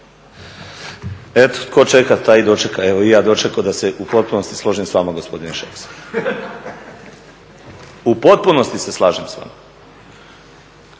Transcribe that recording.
Eto, tko čega taj i dočeka, evo i ja dočekao da se u potpunosti složim s vama gospodin Šeks. U potpunosti se slažem s vama.